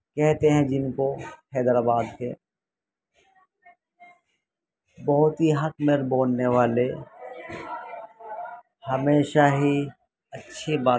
کہتے ہیں جن کو حیدرآباد کے بہت ہی حق مہر بوننے والے ہمیشہ ہی اچھی بات